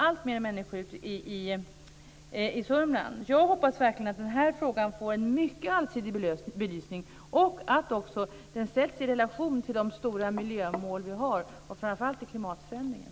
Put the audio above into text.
Alltfler människor flyttar ut till Jag hoppas verkligen att den här frågan får en mycket allsidig belysning och att den sätts i relation till våra stora miljömål och framför allt till klimatförändringen.